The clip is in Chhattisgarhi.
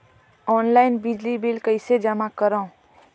ऑनलाइन बिजली बिल कइसे जमा करव?